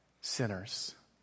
sinners